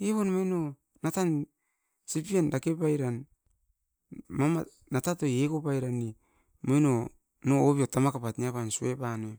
eivon natat sipien dake pairan, no omait avere pat pep tan desip pam sue puaim moino. No obiot tama kapat nia pam sue panoim.